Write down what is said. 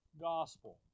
gospel